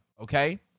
okay